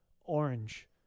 orange